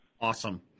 Awesome